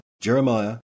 Jeremiah